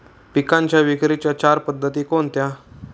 पिकांच्या विक्रीच्या चार पद्धती कोणत्या?